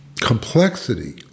complexity